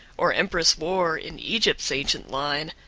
or empress wore, in egypt's ancient line,